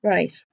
Right